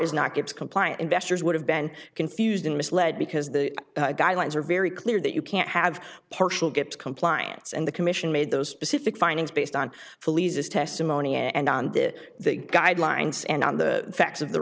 is not gets compliant investors would have been confused and misled because the guidelines are very clear that you can't have partial get compliance and the commission made those specific findings based on police's testimony and the guidelines and on the facts of the